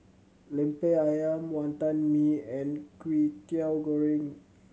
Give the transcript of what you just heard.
Lemper Ayam Wantan Mee and Kwetiau Goreng